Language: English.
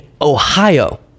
Ohio